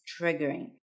triggering